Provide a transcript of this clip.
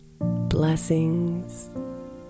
Blessings